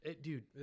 Dude